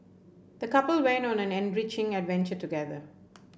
the couple went on an enriching adventure together